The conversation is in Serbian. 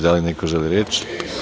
Da li neko želi reč?